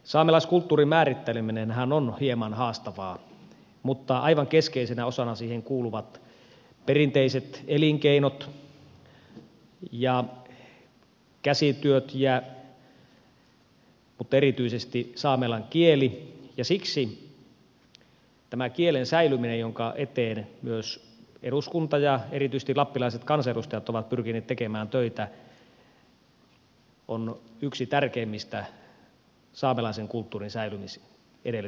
saamelaiskulttuurin määritteleminenhän on hieman haastavaa mutta aivan keskeisenä osana siihen kuuluvat perinteiset elinkeinot ja käsityöt mutta erityisesti saamen kieli ja siksi tämä kielen säilyminen jonka eteen myös eduskunta ja erityisesti lappilaiset kansanedustajat ovat pyrkineet tekemään töitä on yksi tärkeimmistä saamelaisen kulttuurin säilymisedellytyksistä